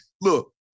Look